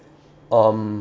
um